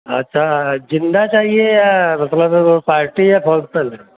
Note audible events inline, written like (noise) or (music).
अच्छा ज़िंदा चाहिए या मतलब पार्टी या (unintelligible)